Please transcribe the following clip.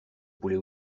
poulet